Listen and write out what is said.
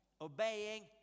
obeying